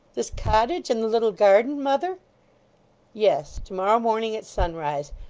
this cottage and the little garden, mother yes! to-morrow morning at sunrise.